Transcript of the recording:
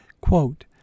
Quote